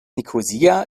nikosia